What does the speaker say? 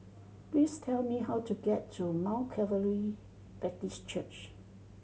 please tell me how to get to Mount Calvary Baptist Church